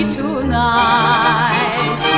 tonight